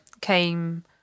came